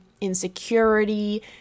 insecurity